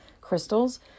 crystals